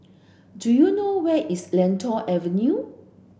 do you know where is Lentor Avenue